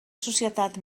societat